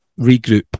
regroup